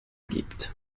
gibt